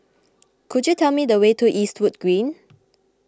could you tell me the way to Eastwood Green